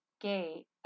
gay